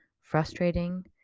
frustrating